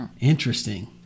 Interesting